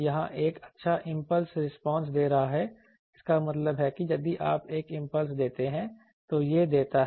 यह एक अच्छा इंपल्स रिस्पांस दे रहा है इसका मतलब है कि यदि आप एक इंपल्स देते हैं तो यह देता है